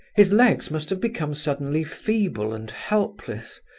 his legs must have become suddenly feeble and helpless,